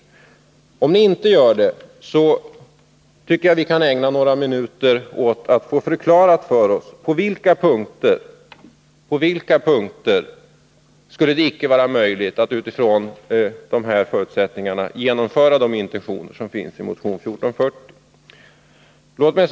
Om ni inte gör det, tycker jag att vi kan ägna några minuter åt att få förklarat för oss på vilka punkter det icke skulle vara möjligt att under de här förutsättningarna genomföra de intentioner som finns i motion 1440.